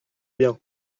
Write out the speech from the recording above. bien